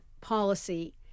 policy